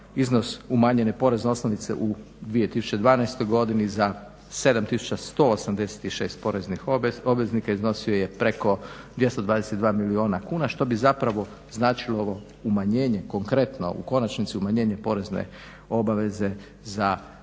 iznos umanjene porezne osnovice u 2012. za 7186 poreznih obveznika iznosio je preko 222 milijuna kuna što bi zapravo značilo ovo umanjenje konkretno, u konačnici umanjenje porezne obaveze za 80, za